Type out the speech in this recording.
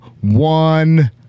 one